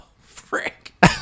frick